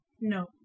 No